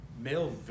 male